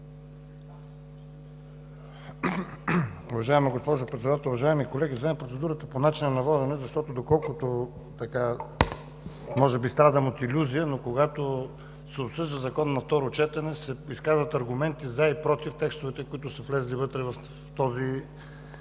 Уважаема госпожо Председател! Уважаеми колеги, вземам процедурата по начина на водене, доколкото може би страдам от илюзия, но когато се обсъжда закон на второ четене, се изкарват аргументи „за” и „против” текстовете, които са влезли в този